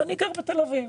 אני גר בתל אביב,